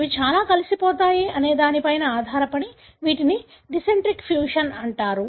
ఇవి ఎలా కలిసిపోతాయి అనేదానిపై ఆధారపడి వీటిని డిసెంట్రిక్ ఫ్యూషన్స్ అంటారు